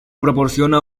proporciona